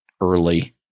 early